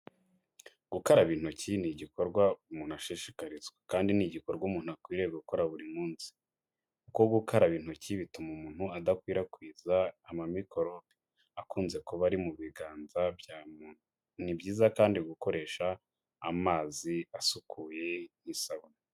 Gukaraba intoki ni igikorwa umuntu ashishikarizwa, kandi ni igikorwa umuntu akwiriye gukora buri munsi, kuko gukaraba intoki bituma umuntu adakwirakwiza amamikorobi akunze kuba ari mu biganza. Ni byiza kandi gukoresha amazi asukuye n'isabune.